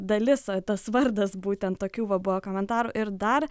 dalis o tas vardas būtent tokių va buvo komentarų ir dar